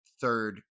third